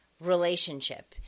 relationship